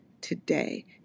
today